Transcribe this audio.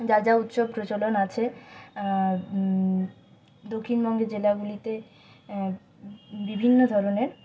যা যা উৎসব প্রচলন আছে দক্ষিণবঙ্গের জেলাগুলিতে বিভিন্ন ধরনের